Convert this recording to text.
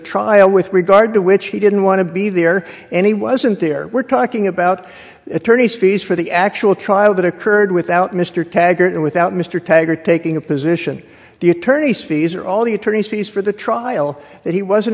trial with regard to which he didn't want to be there and he wasn't there we're talking about attorneys fees for the actual trial that occurred without mr taggart and without mr taggart taking a position the attorneys fees or all the attorneys fees for the trial that he wasn't